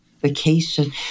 vacation